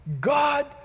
God